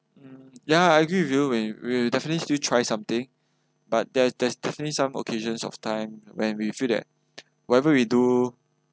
hmm yeah I agree with you when will will definitely still try something but there's there's definitely some occasions of time when we feel that whatever we do